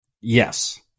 Yes